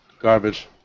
Garbage